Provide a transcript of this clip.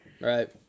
right